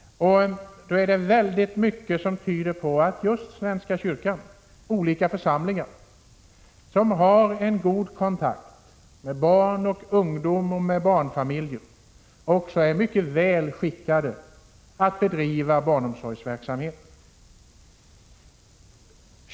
Det är väldigt mycket som tyder på att just svenska kyrkan med dess olika församlingar, som har en god kontakt med barn och ungdomar och barnfamiljer, också är mycket väl skickad att bedriva barnomsorgsverksamhet.